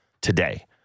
today